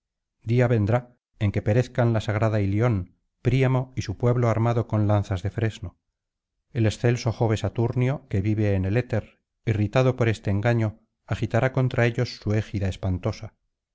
día vendrá en que perezcan la sagrada ilion príamo y su pueblo armado con lanzas de fresno el excelso jove saturnio que vive en el éter irritado por este engaño agitará contra ellos su égida espantosa